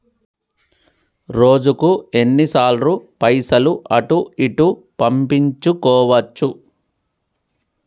రోజుకు ఎన్ని సార్లు పైసలు అటూ ఇటూ పంపించుకోవచ్చు?